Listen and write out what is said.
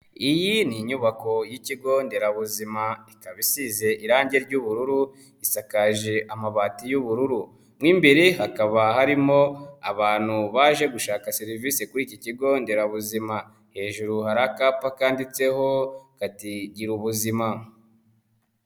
Iyi ni inyubako y'ikigo nderabuzima, ikaba isize irangi ry'ubururu, isakaje amabati y'ubururu, mu imbere hakaba harimo abantu baje gushaka serivisi kuri iki kigo nderabuzima, hejuru hari akapa kanditseho kati girubuzima.